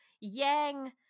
Yang